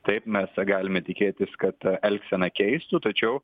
taip mes galime tikėtis kad elgseną keistų tačiau